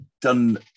done